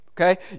Okay